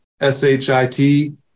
S-H-I-T